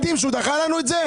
שדחה לנו את זה?